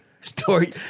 story